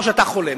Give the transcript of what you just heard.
או שאתה חולה.